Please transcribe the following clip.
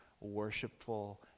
worshipful